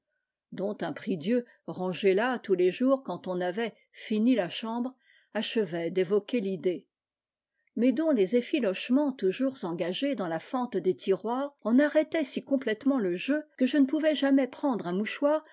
dont un prie-dieu rangé là tous les jours quand on avait f fini la chambre achevait d'évoquer ridée mais dont les effilochements toujours engagés dans la fente des tiroirs en arrêtaient si complètement e jeu que je ne pouvais jamais prendre un mouchoir